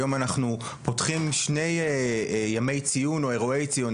היום אנחנו פותחים שני ימי ציון, או אירועי ציון.